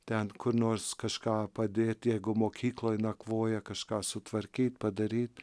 ten kur nors kažką padėt jeigu mokykloj nakvoja kažką sutvarkyt padaryt